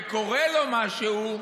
וקורה לו משהו,